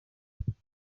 ebyiri